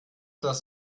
das